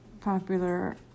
popular